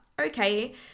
okay